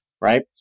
right